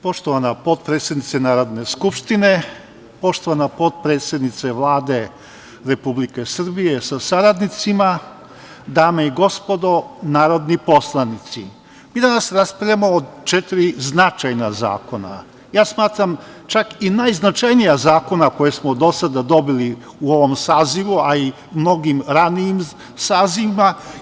Poštovana potpredsednice Narodne skupštine, poštovana potpredsednice Vlade Republike Srbije sa saradnicima, dame i gospodo narodni poslanici, mi danas raspravljamo o četiri značajna zakona, smatram čak i najznačajnija zakona koja smo do sada dobili u ovom sazivu, ali i mnogim ranijim sazivima.